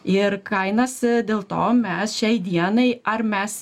ir kainas dėl to mes šiai dienai ar mes